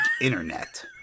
internet